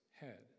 head